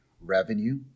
revenue